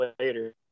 later